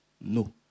No